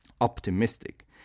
optimistic